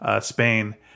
Spain